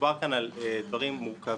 מדובר כאן על דברים מורכבים,